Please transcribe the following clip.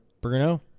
bruno